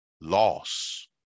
Loss